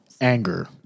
anger